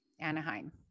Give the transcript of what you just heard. Anaheim